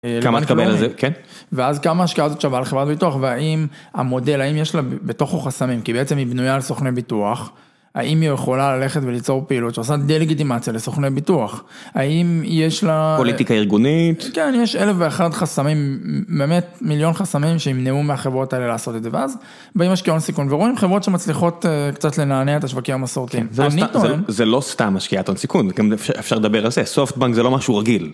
כמה תקבל על זה, כן? ואז כמה ההשקעה הזאת שווה על חברת ביטוח, והאם המודל, האם יש לה בתוכו חסמים, כי בעצם היא בנויה על סוכני ביטוח, האם היא יכולה ללכת וליצור פעילות שעושה דה-לגיטימציה לסוכני ביטוח, האם יש לה... פוליטיקה ארגונית. כן, יש אלף ואחת חסמים, באמת מיליון חסמים שימנעו מהחברות האלה לעשות את זה, ואז באים משקיעי הון סיכון, ורואים חברות שמצליחות קצת לנענע את השווקים המסורתיים. זה לא סתם משקיעת הון סיכון, אפשר לדבר על זה, Softbank זה לא משהו רגיל.